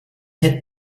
had